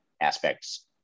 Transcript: aspects